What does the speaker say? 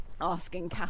asking